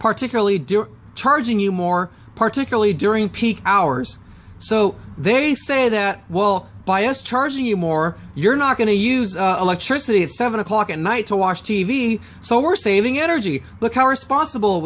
particularly during charging you more particularly during peak hours so they say that will bias charging you more you're not going to use electricity at seven o'clock at night to watch t v so we're saving energy look how responsible